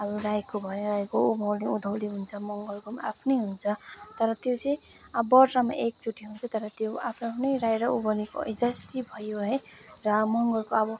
अब राईको भयो उँभौलि उँधौलि हुन्छ मँगरको पनि आफ्नै हुन्छ तर त्यो चाहिँ अब वर्षमा एकचोटि हुन्छ तर त्यो आफ्नो आफ्नो राई र उँभौलिको हिजो अस्ति भयो है र मँगरको अब